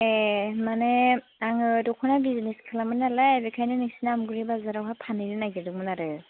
ए माने आङो दख'ना बिजिनिस खालामो नालाय बेखायनो नोंसिनि आमगुरि बाजारावहाय फानहैनो नागिरदोंमोन आरो